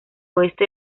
oeste